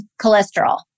cholesterol